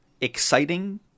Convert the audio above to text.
exciting